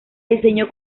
diseñó